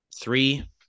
three